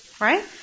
right